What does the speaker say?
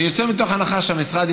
שהמשרד,